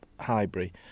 Highbury